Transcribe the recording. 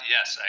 Yes